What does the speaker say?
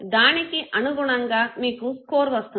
దానికి అనుగుణంగా మీకు స్కోర్ వస్తుంది